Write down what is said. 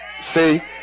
See